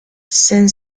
saint